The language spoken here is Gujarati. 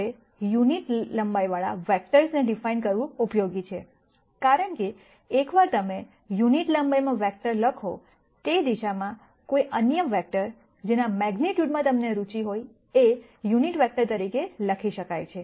હવે યુનિટ લંબાઈવાળા વેક્ટર્સને ડીફાઈન કરવું ઉપયોગી છે કારણ કે એકવાર તમે યુનિટ લંબાઈમાં વેક્ટર લખો તે દિશામાં કોઈ અન્ય વેક્ટર જેના મેગ્નીટ્યૂડમાં તમને રુચિ હોય એ યુનિટ વેક્ટર તરીકે લખી શકાય છે